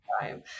time